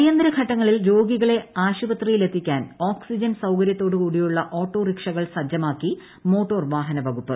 അടിയന്തര ഘട്ടങ്ങളിൽ രോഗികളെ ആശുപത്രിയിലെത്തിക്കാൻ ഓക്സിജൻ സൌകര്യത്തോടു കൂടിയുള്ള ഓട്ടോറിക്ഷകൾ സജ്ജമാക്കി മോട്ടോർ വാഹന വകുപ്പ്